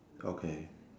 okay